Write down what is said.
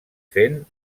fent